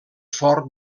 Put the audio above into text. fort